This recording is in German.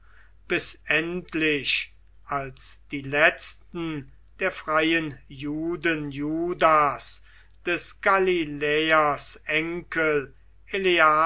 bis endlich als die letzten der freien juden judas des galiläers enkel